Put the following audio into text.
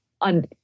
On